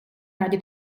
раді